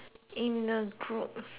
group